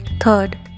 Third